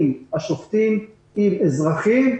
עם השופטים, עם האזרחים,